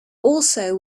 also